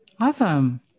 Awesome